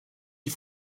die